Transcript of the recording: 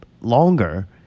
longer